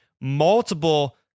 multiple